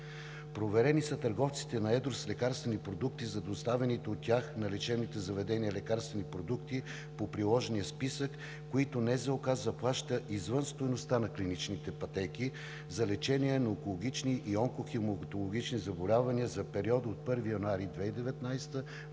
Проверени са търговците на едро с лекарствени продукти за доставените от тях на лечебните заведения лекарствени продукти по приложения списък, които НЗОК заплаща извън стойността на клиничните пътеки за лечение на онкологични и онкохематологични заболявания за периода 1 януари –